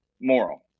moral